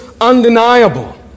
undeniable